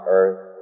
earth